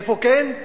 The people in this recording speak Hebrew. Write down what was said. איפה כן?